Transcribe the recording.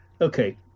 okay